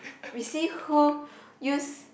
we see who use